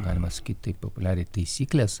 galima sakyt taip populiariai taisyklės